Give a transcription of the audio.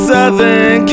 Southern